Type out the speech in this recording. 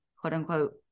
quote-unquote